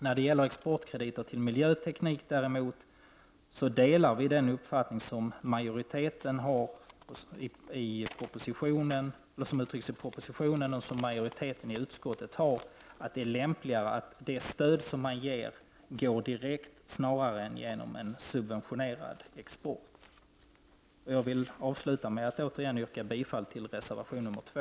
När det gäller exportkrediter för export av miljöteknik delar vi däremot den uppfattning som uttrycks i propositionen och som majoriteten i utskottet också står bakom, att det är lämpligt att stödet går direkt snarare än genom en subventionerad export. Jag vill avsluta med att återigen yrka bifall till reservation 2.